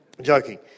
joking